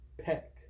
Peck